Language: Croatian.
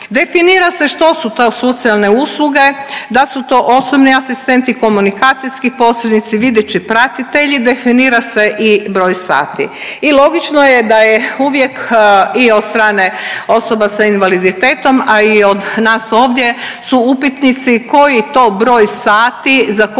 Definira se što su to socijalne usluge, da su to osobni asistenti, komunikacijski posrednici, videći pratitelji definira se i broj sati. I logično je da je uvijek i od strane osoba sa invaliditetom, a i od nas ovdje su upitnici koji to broj sati za koju